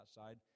outside